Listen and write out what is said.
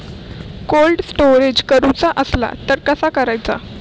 Cold storage करूचा असला तर कसा करायचा?